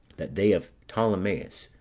that they of ptolemais,